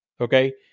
Okay